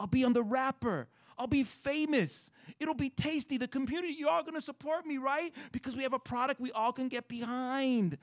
i'll be on the wrapper i'll be famous it will be tasty the computer you are going to support me right because we have a product we all can get behind